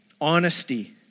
honesty